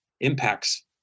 impacts